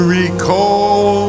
recall